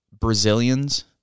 Brazilians